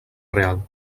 real